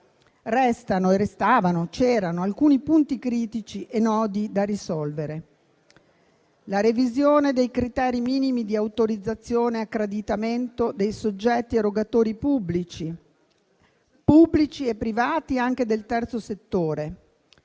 c'erano e restano alcuni punti critici e nodi da risolvere: la revisione dei criteri minimi di autorizzazione e accreditamento dei soggetti erogatori pubblici e privati, anche del terzo settore.